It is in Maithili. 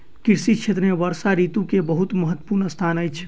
कृषि क्षेत्र में वर्षा ऋतू के बहुत महत्वपूर्ण स्थान अछि